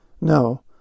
No